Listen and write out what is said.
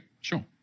sure